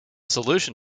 solution